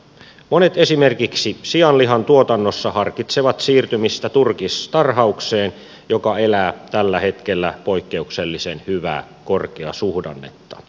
monet esimerkiksi sianlihan tuotannossa harkitsevat siirtymistä turkistarhaukseen joka elää tällä hetkellä poikkeuksellisen hyvää korkeasuhdannetta